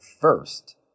first